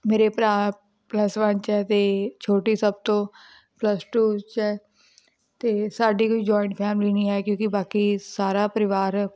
ਮੇਰੇ ਭਰਾ plus one 'ਚ ਹੈ ਅਤੇ ਛੋਟੀ ਸਭ ਤੋਂ ਪਲੱਸ ਟੂ 'ਚ ਹੈ ਅਤੇ ਸਾਡੀ ਕੋਈ ਜੁਆਇੰਟ ਫੈਮਿਲੀ ਨਹੀਂ ਹੈ ਕਿਉਂਕਿ ਬਾਕੀ ਸਾਰਾ ਪਰਿਵਾਰ